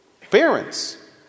Parents